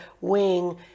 wing